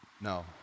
No